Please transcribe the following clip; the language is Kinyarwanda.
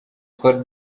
twari